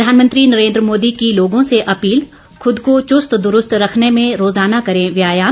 प्रधानमंत्री नरेन्द्र मोदी की लोगों से अपील खुद को चुस्त दुरूस्त रखने में रोजाना करें व्यायाम